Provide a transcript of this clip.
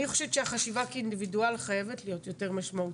אני חושבת שהחשיבה כאינדיבידואל חייבת להיות יותר משמעותית.